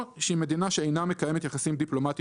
מדינה שאינה מקיימת יחסים דיפלומטים